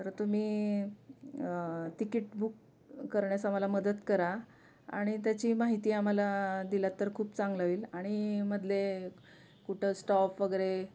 तर तुम्ही ticket book करण्यास आम्हाला मदत करा आणि त्याची माहिती आम्हाला दिला तर खूप चांगलं होईल आणि मधले कुठं स्टॉप वगैरे